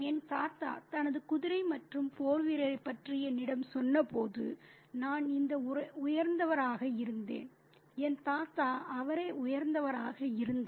என் தாத்தா தனது குதிரை மற்றும் போர்வீரரைப் பற்றி என்னிடம் சொன்னபோது நான் இந்த உயர்ந்தவராக இருந்தேன் என் தாத்தா அவரேஉயர்ந்தவராக இருந்தார்